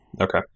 Okay